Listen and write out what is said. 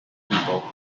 people